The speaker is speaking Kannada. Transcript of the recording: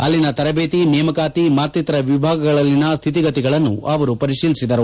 ಅಲ್ಲಿನ ತರಬೇತಿ ನೇಮಕಾತಿ ಮಕ್ತಿತರ ವಿಭಾಗಗಳಲ್ಲಿನ ಸ್ಥಿತಿಗತಿಗಳನ್ನು ಪರಿತೀಲಿಸಿದರು